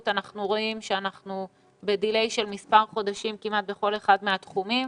אנחנו רואים שאנחנו ב-דיליי של מספר חודשים כמעט בכל אחד מהתחומים.